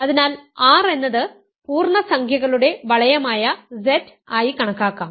അതിനാൽ R എന്നത് പൂർണ്ണസംഖ്യകളുടെ വളയമായ Z ആയി കണക്കാക്കാം